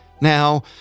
Now